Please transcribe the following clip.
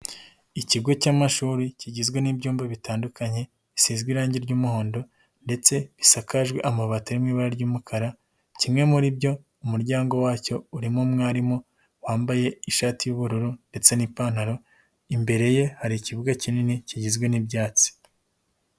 Ikigo cy'amashuri kigizwe n'ibyumba bitandukanye, bisize irangi ry'umuhondo ndetse risakaje amabati ari mu ibara ry'umukara, kimwe muri byo umuryango wacyo urimo umwarimu wambaye ishati y'ubururu ndetse n'ipantaro, imbere ye hari ikibuga kinini kigizwe n'ibyatsi.